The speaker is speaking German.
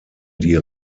die